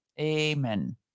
Amen